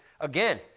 again